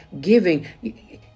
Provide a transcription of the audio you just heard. giving